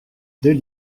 deux